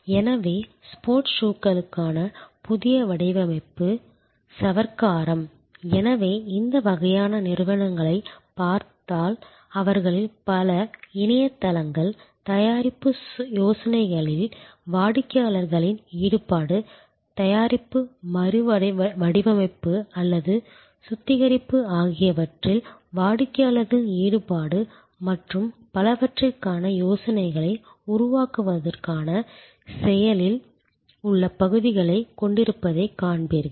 எனவே ஸ்போர்ட்ஸ் ஷூக்களுக்கான புதிய வடிவமைப்பு சவர்க்காரம் எனவே இந்த வகையான நிறுவனங்களைப் பார்த்தால் அவர்களின் பல இணையதளங்கள் தயாரிப்பு யோசனைகளில் வாடிக்கையாளர்களின் ஈடுபாடு தயாரிப்பு மறுவடிவமைப்பு அல்லது சுத்திகரிப்பு ஆகியவற்றில் வாடிக்கையாளர்களின் ஈடுபாடு மற்றும் பலவற்றிற்கான யோசனைகளை உருவாக்குவதற்கான செயலில் உள்ள பகுதிகளைக் கொண்டிருப்பதைக் காண்பீர்கள்